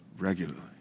regularly